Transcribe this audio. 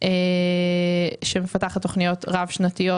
שמפתחת תוכניות רב-שנתיות,